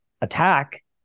attack